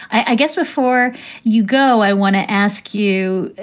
i guess before you go, i want to ask you,